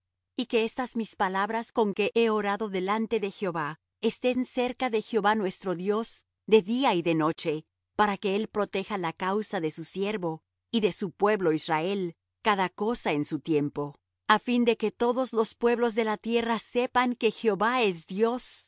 y que estas mis palabras con que he orado delante de jehová estén cerca de jehová nuestro dios de día y de noche para que él proteja la causa de su siervo y de su pueblo israel cada cosa en su tiempo a fin de que todos los pueblos de la tierra sepan que jehová es dios